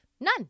None